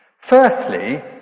Firstly